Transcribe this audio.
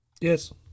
Yes